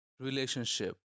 relationship